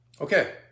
Okay